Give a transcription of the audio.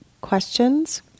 questions